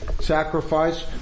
sacrifice